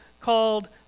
called